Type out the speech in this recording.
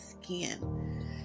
skin